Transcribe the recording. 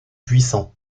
puissants